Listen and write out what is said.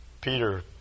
Peter